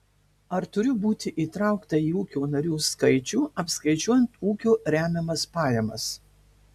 ar turiu būti įtraukta į ūkio narių skaičių apskaičiuojant ūkio remiamas pajamas